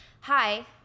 Hi